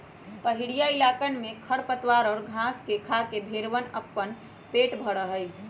पहड़ीया इलाकवन में खरपतवार और घास के खाके भेंड़वन अपन पेट भरा हई